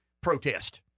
protest